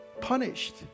punished